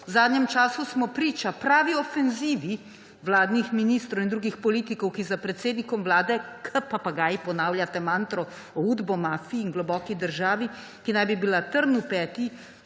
V zadnjem času smo priča pravi ofenzivi vladnih ministrov in drugih politikov, ki za predsednikom Vlade kot papagaji ponavljate mantro o udbomafiji in globoki državi, ki naj bi bila trn v peti